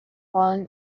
fallen